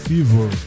Fever